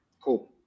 Cool